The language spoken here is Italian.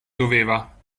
doveva